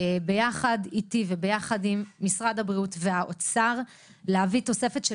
יחד איתי ויחד עם משרד האוצר להביא תוספת של